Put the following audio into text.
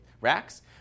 racks